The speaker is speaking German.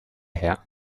her